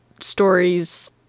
stories